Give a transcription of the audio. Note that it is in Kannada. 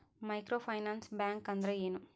ಮೈಕ್ರೋ ಫೈನಾನ್ಸ್ ಬ್ಯಾಂಕ್ ಅಂದ್ರ ಏನು?